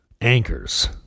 Anchors